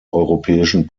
europäischen